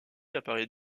apparaît